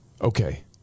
Okay